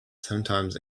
sometimes